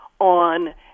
on